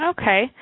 Okay